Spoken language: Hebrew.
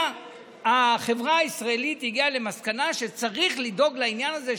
החברה הישראלית הגיעה למסקנה שצריך לדאוג לעניין הזה,